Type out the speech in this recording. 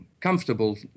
comfortable